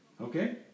Okay